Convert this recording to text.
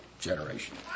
generation